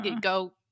go